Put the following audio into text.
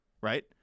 Right